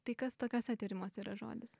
tai kas tokiuose tyrimuose yra žodis